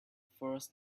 force